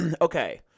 okay